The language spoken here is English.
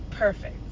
perfect